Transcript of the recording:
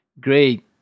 great